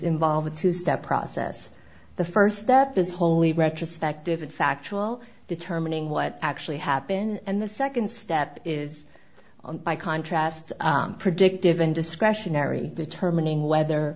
involve a two step process the first step is wholly retrospective and factual determining what actually happened and the second step is on by contrast predictive and discretionary determining whether